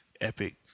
epic